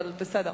אז בסדר,